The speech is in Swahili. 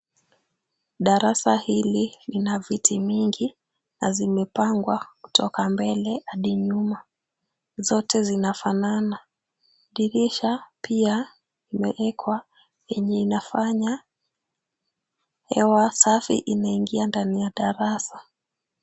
Darasa hili lina viti mingi na zimepangwa kutoka mbele hadi nyuma, zote zinafanana. Dirisha pia imewekwa yenye inafanya hewa safi inaingia ndani ya darasa.